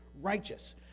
righteous